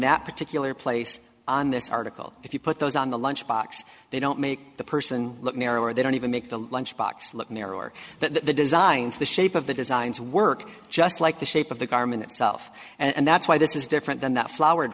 that particular place on this article if you put those on the lunch box they don't make the person look narrower they don't even make the lunchbox look narrower but the designs the shape of the designs work just like the shape of the garment itself and that's why this is different than that flo